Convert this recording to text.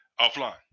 offline